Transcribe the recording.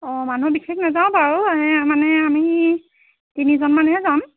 অঁ মানুহ বিশেষ নাযাওঁ বাৰু সেই মানে আমি তিনিজনমানহে যাম